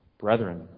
brethren